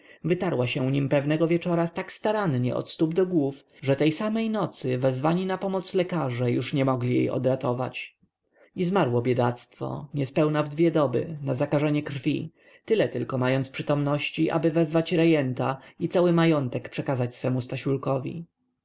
wytarła się nim pewnego wieczoru tak starannie od stóp do głów że tej samej nocy wezwani na pomoc lekarze już nie mogli jej odratować i zmarło biedactwo niespełna we dwie doby na zakażenie krwi tyle tylko mając przytomności aby wezwać rejenta i cały majątek przekazać swemu